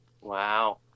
Wow